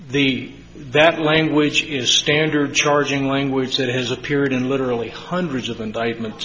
the that language is standard charging language that has appeared in literally hundreds of indictment